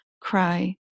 cry